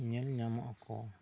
ᱧᱮᱞ ᱧᱟᱢᱚᱜ ᱟᱠᱚ